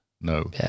No